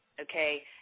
okay